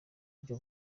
buryo